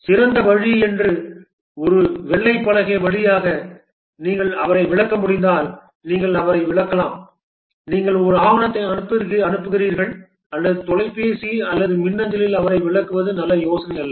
சிறந்த வழி என்று ஒரு வெள்ளை பலகை வழியாக நீங்கள் அவரை விளக்க முடிந்தால் நீங்கள் அவரை விளக்கலாம் நீங்கள் ஒரு ஆவணத்தை அனுப்புகிறீர்கள் அல்லது தொலைபேசி அல்லது மின்னஞ்சலில் அவரை விளக்குவது நல்ல யோசனையல்ல